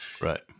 Right